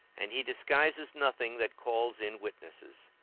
and he disguises nothing that calls in witnesses